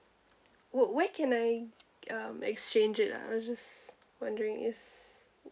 wh~ where can I um exchange it ah I was just wondering is